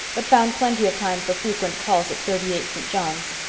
but found plenty of time for frequent calls at thirty-eight, st. john's.